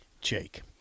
Jake